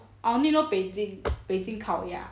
I only know 北京北京烤鸭